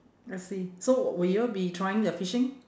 I see so will y'all be trying the fishing